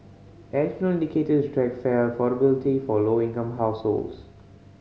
additional indicator to track fare affordability for low income households